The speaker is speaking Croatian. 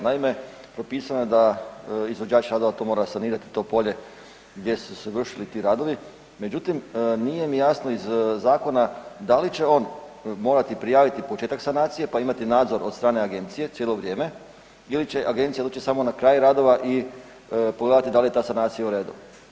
Naime, propisano je da izvođač radova to mora sanirati, to polje gdje su se vršili ti radovi, međutim nije mi jasno iz Zakona da li će on morati prijaviti početak sanacije pa imati nadzor od strane Agencije cijelo vrijeme, ili će Agencija doći samo na kraj radova i pogledati da li je ta sanacija u redu.